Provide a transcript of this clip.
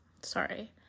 sorry